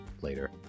later